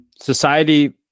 society